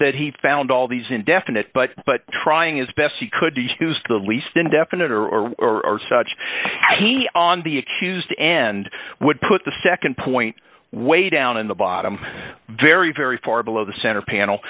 that he found all these indefinite but but trying as best he could to use the least indefinite or or such on the accused and would put the nd point way down in the bottom very very far below the center panel